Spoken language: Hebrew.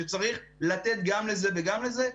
שצריך לתת גם לזה וגם לזה.